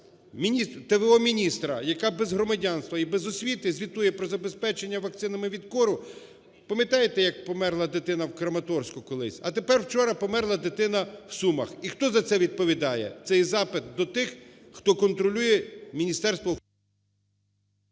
міністра, яка без громадянства і без освіти, звітує про забезпечення вакцинами від кору. Пам'ятаєте, як померла дитина у Краматорську колись? А тепер вчора померла дитина в Сумах. І хто за це відповідає? Цей запит до тих, хто контролює міністерство…